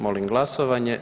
Molim glasovanje.